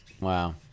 wow